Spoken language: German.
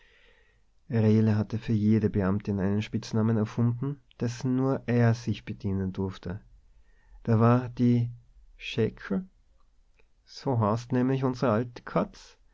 hatte für jede beamtin einen spitznamen erfunden dessen nur er sich bedienen durfte da war die scheckel so haaßt nemlich unser ahl